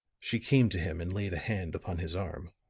she came to him and laid a hand upon his arm.